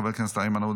חבר הכנסת חמד עמאר,